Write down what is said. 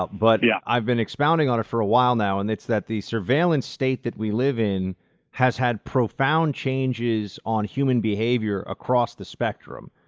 but but yeah i've been expounding on it for a while now. and it's that the surveillance state that we live in has had profound changes on human behavior across the spectrum.